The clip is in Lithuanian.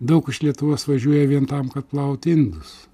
daug iš lietuvos važiuoja vien tam kad plauti indus